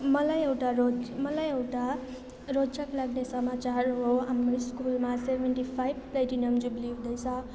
मलाई एउटा रोज मलाई एउटा रोचक लाग्ने समाचार हो हाम्रो स्कुलमा सेभेन्टी फाइभ प्लेटिनम जुब्ली हुँदैछ